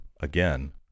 again